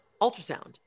ultrasound